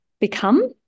become